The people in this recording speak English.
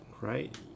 right